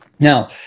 Now